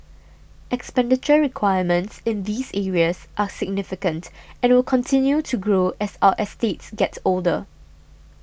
expenditure requirements in these areas are significant and will continue to grow as our estates get older